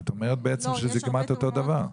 את אומרת בעצם שזה כמעט אותו דבר.